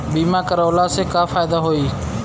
बीमा करवला से का फायदा होयी?